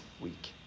week